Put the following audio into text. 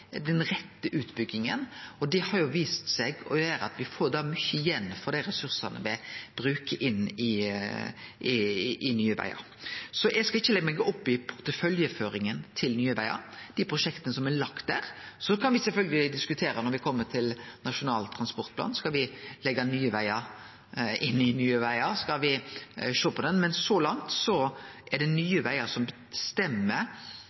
den fridomen, og så bruker dei den fridomen til å gjere optimalt det dei ut frå eit fagleg nivå meiner er den rette utbygginga. Det har vist seg at me får mykje igjen for dei ressursane me bruker i Nye Vegar. Eg skal ikkje leggje meg opp i porteføljeføringa til Nye Vegar, dei prosjekta som ligg der. Så kan me sjølvsagt diskutere, når me kjem til Nasjonal transportplan, kva me skal leggje inn i Nye Vegar, men så langt er det